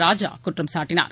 ராஜாகுற்றம் சாட்டினார்